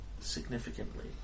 significantly